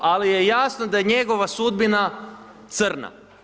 Ali je jasno da je njegova sudbina crna.